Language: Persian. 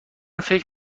فکر